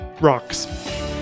rocks